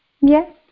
Yes